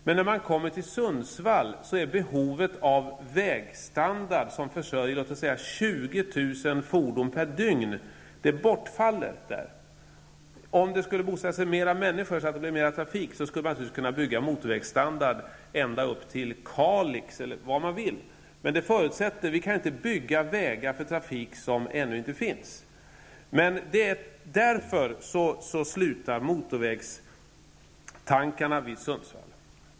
Men behovet i Sundsvall av upprustning av vägar som försörjer kanske 20 000 fordon per dygn är någonting som bortfaller. Om det skulle bo fler människor där så att det blev mer trafik, skulle man alltså kunna bygga motorvägar ända upp till Kalix eller vart man vill. Men vi kan inte bygga vägar för en trafik som ännu inte finns. Därför stannar motorvägstankarna i Sundsvall.